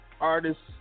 artists